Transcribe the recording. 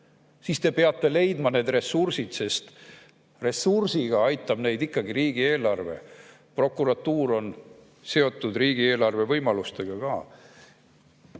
Siis te peate leidma need ressursid, sest ressursiga aitab neid ikkagi riigieelarve, prokuratuur on seotud riigieelarve võimalustega ka.